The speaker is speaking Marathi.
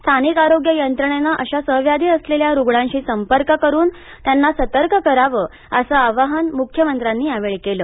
स्थानिक आरोग्य यंत्रणेनं अशा सहव्याधी असलेल्या रुग्णांशी संपर्क करून त्यांना सतर्क करावं असं आवाहन मुख्यमंत्र्यांनी यावेळी केलं